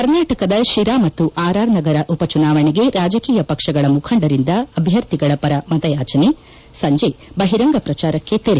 ಕರ್ನಾಟಕದ ಶಿರಾ ಮತ್ತು ಆರ್ಆರ್ ನಗರ ಉಪಚುನಾವಣೆಗೆ ರಾಜಕೀಯ ಪಕ್ಷಗಳ ಮುಖಂಡರಿಂದ ಅಭ್ಯರ್ಥಿಗಳ ಪರ ಮತಯಾಚನೆ ಸಂಜೆ ಬಹಿರಂಗ ಪ್ರಚಾರಕ್ಕೆ ತೆರೆ